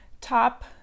top